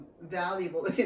valuable